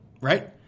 right